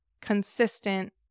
Consistent